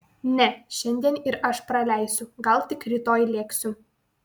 ne šiandien ir aš praleisiu gal tik rytoj lėksiu